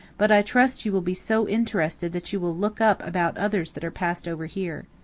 but i trust you will be so interested that you will look up about others that are passed over here.